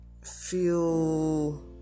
feel